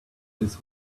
this